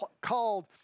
called